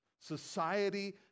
Society